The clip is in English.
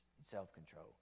self-control